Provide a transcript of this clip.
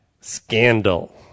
scandal